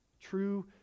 True